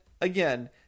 again